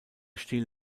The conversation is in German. stil